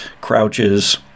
crouches